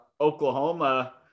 Oklahoma